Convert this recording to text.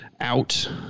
out